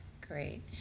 Great